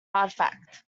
artifact